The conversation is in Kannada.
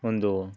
ಒಂದು